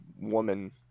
woman